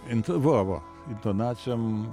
into va va intonacijom